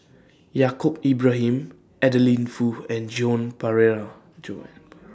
Yaacob Ibrahim Adeline Foo and Joan Pereira Joan